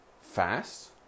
fast